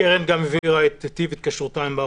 הקרן גם הבהירה את טיב התקשרותה עם מר